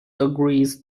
agrees